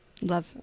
Love